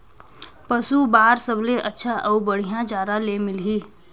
पशु बार सबले अच्छा अउ बढ़िया चारा ले मिलही?